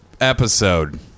episode